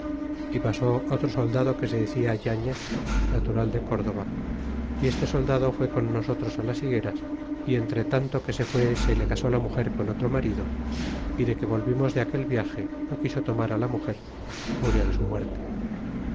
e pasó otro soldado que se decia yatiez natural de córdova y este soldado fué con nosotros las higueras y entretanto que frió se le casó la muger con otro marido de que volvimos de aquel viaje no quiso tomar la muger murió de su muerte